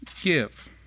give